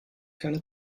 keine